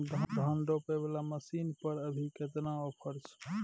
धान रोपय वाला मसीन पर अभी केतना ऑफर छै?